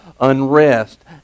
unrest